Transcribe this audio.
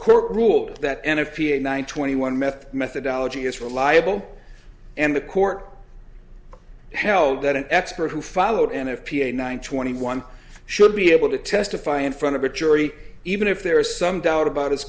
court ruled that n f p a nine twenty one meth methodology is reliable and the court held that an expert who followed n f p a nine twenty one should be able to testify in front of a jury even if there is some doubt about his